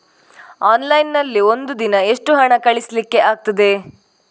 Online ನಲ್ಲಿ ಒಂದು ದಿನ ಎಷ್ಟು ಹಣ ಕಳಿಸ್ಲಿಕ್ಕೆ ಆಗ್ತದೆ?